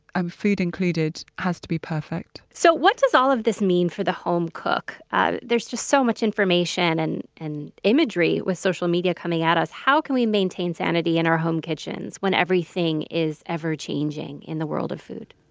food included, has to be perfect so, what does all of this mean for the home cook? there's just so much information and and imagery with social media coming at us. how can we maintain sanity in our home kitchens when everything is ever changing in the world of food?